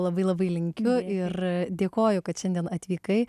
labai labai linkiu ir dėkoju kad šiandien atvykai